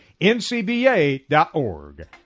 ncba.org